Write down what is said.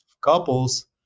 couples